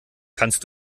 kannst